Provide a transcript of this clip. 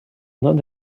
not